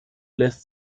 lässt